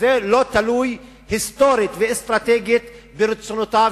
וזה לא תלוי היסטורית ואסטרטגית ברצונותיו